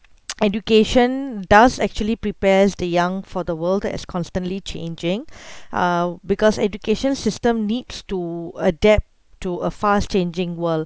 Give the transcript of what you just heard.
education does actually prepares the young for the world that is constantly changing uh because education system needs to adapt to a fast changing world